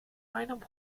einem